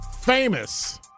famous